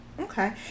Okay